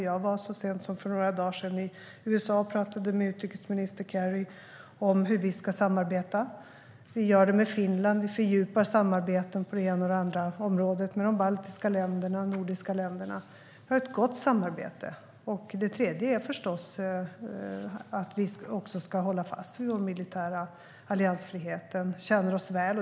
Jag var så sent som för några dagar sedan i USA och pratade med utrikesminister Kerry om hur vi ska samarbeta. Vi gör det med Finland. Vi fördjupar samarbeten på det ena och det andra området med de baltiska länderna och de andra nordiska länderna. Vi har ett gott samarbete. Det tredje är förstås att vi ska hålla fast vid vår militära alliansfrihet. Den tjänar oss väl.